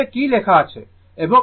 এখানে কি লেখা আছে